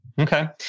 Okay